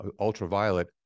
ultraviolet